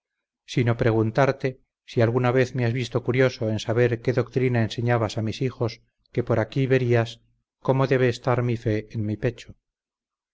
sino preguntarte si alguna vez me has visto curioso en saber qué doctrina enseñabas a mis hijos que por aquí verás cómo debe estar mi fe en mi pecho